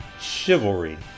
chivalry